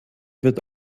wird